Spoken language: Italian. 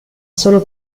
solo